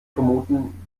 vermuten